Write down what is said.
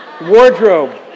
wardrobe